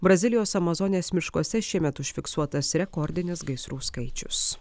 brazilijos amazonės miškuose šiemet užfiksuotas rekordinis gaisrų skaičius